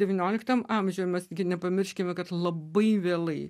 devynioliktam amžiuje mes nepamirškime kad labai vėlai